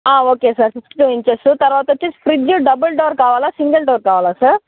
okay sir fifty two inches తర్వాత వచ్చేసి fridge double door కావాలా సింగిల్ డోర్ కావాలా సార్